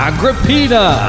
Agrippina